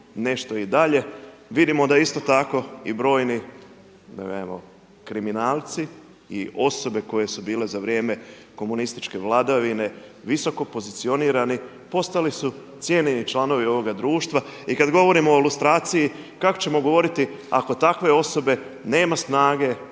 nešto i dalje vidimo da isto tako i brojni kriminalci i osobe koje su bile za vrijeme komunističke vladavine visoko pozicionirani postali su cijenjeni članovi ovoga društva. I kad govorimo o lustraciji kako ćemo govoriti ako takve osobe nema snage,